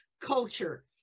culture